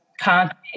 content